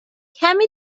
کمی